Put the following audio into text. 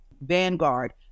Vanguard